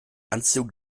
anziehung